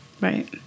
Right